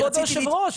כבוד יושבת הראש,